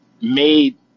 made